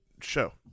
show